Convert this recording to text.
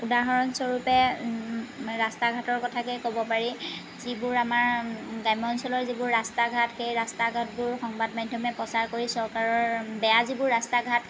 উদাহৰণস্বৰূপে ৰাস্তা ঘাটৰ কথাকেই ক'ব পাৰি যিবোৰ আমাৰ গ্ৰামাঞ্চলৰ যিবোৰ ৰাস্তা ঘাট সেই ৰাস্তা ঘাটবোৰ সংবাদ মাধ্যমে প্ৰচাৰ কৰি চৰকাৰৰ বেয়া যিবোৰ ৰাস্তা ঘাট